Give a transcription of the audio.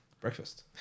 Breakfast